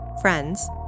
Friends